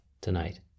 tonight